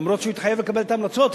אף שהוא התחייב לקבל את ההמלצות.